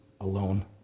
alone